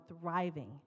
thriving